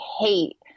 hate